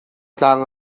tlang